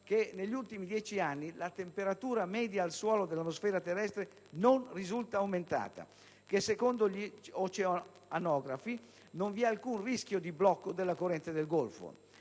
che negli ultimi dieci anni la temperatura media al suolo dell'atmosfera terrestre non risulta aumentata; che secondo gli oceanografi non vi è alcun rischio di blocco della corrente del Golfo;